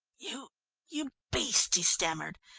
you you beast, he stammered,